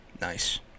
Nice